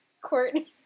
Courtney